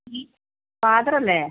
father അല്ലേ